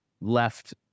left